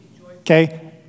Okay